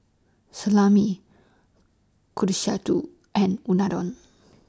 Salami Kushikatsu and Unadon